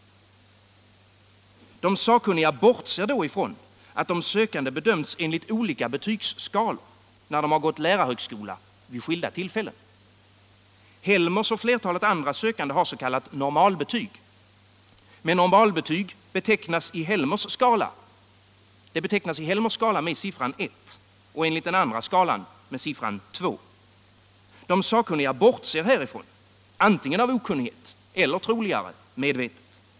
De sakkunniga bortser då ifrån att de sökande bedömts enligt olika betygsskalor, då de har gått på lärarhögskola vid skilda tillfällen. Helmers och flertalet andra sökande hars.k. normalbetyg. Men normalbetyg betecknas i Helmers skala med siffran 1 och enligt den andra skalan med siffran 2. De sakkunniga bortser härifrån, antingen av okunnighet eller, troligare, medvetet.